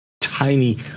tiny